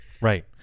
Right